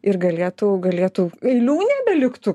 ir galėtų galėtų eilių nebeliktų